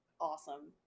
awesome